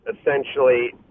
essentially